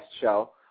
show